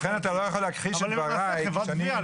אבל הם למעשה חברת גבייה.